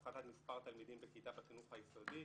הפחתת מספר התלמידים בכיתה בחינוך היסודי,